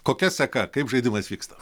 kokia seka kaip žaidimas vyksta